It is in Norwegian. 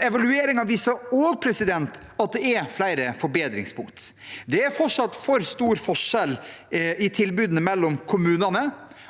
Evalueringen viser også at det er flere forbedringspunkter. Det er fortsatt for stor forskjell i tilbudene mellom kommunene,